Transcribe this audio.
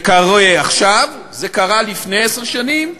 זה קורה עכשיו, זה קרה לפני עשר שנים,